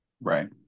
Right